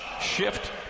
shift